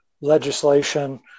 legislation